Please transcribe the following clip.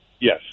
Yes